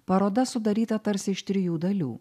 paroda sudaryta tarsi iš trijų dalių